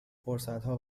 فرصتها